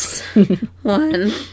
One